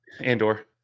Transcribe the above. Andor